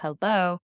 hello